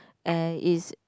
uh is